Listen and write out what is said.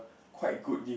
quite good gift